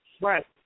Right